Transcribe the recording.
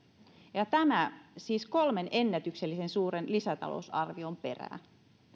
ja tämä siis kolmen ennätyksellisen suuren lisätalousarvion perään